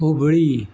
Hubli